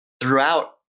Throughout